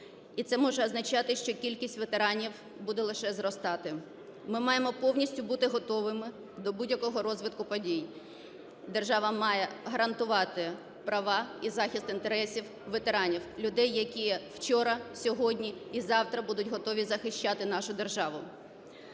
і це може означати, що кількість ветеранів буде лише зростати. Ми маємо повністю бути готовими до будь-якого розвитку подій, держава має гарантувати права і захист інтересів ветеранів, людей, які вчора, сьогодні і завтра будуть готові захищати нашу державу.